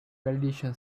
validation